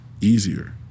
easier